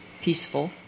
peaceful